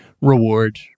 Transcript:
reward